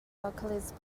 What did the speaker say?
vocalist